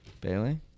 Bailey